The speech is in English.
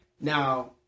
Now